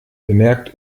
bemerkt